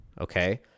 Okay